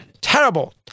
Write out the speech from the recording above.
terrible